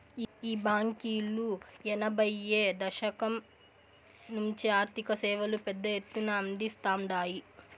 ఈ బాంకీలు ఎనభైయ్యో దశకం నుంచే ఆర్థిక సేవలు పెద్ద ఎత్తున అందిస్తాండాయి